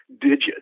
digits